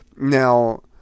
Now